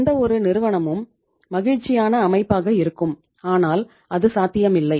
எந்தவொரு நிறுவனமும் மகிழ்ச்சியான அமைப்பாக இருக்கும் ஆனால் அது சாத்தியமில்லை